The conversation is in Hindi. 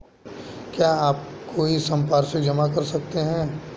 क्या आप कोई संपार्श्विक जमा कर सकते हैं?